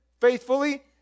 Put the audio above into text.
faithfully